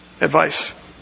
advice